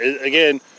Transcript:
again